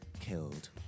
killed